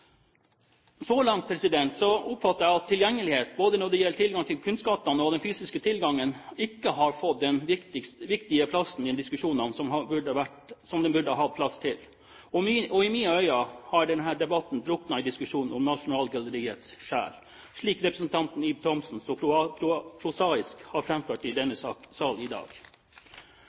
Så langt oppfatter jeg at tilgjengelighet, både når det gjelder tilgangen til kunstskattene og den fysiske tilgangen, ikke har fått den viktige plassen i diskusjonene som den burde hatt. I mine øyne har denne debatten druknet i diskusjonen om Nasjonalgalleriets sjel, slik representanten Ib Thomsen så prosaisk har framført i denne sal i dag.